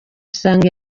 usanga